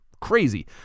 crazy